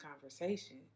conversation